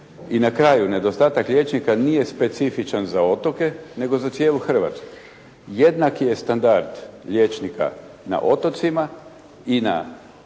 I na kraju nedostatak liječnika nije specifičan za otoke nego za cijelu Hrvatsku. Jednak je standard liječnika na otocima i na kopnu